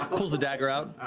pulls the dagger out.